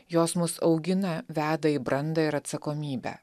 jos mus augina veda į brandą ir atsakomybę